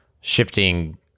shifting